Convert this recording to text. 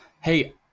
hey